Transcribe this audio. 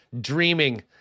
dreaming